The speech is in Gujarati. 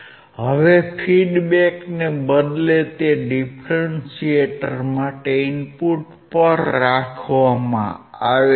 હવે ફીડ્બેકને બદલે તે ડિફરન્ટિએટર માટે ઇનપુટ પર રાખવામાં આવે છે